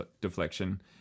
deflection